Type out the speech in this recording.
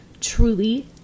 truly